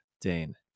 Dane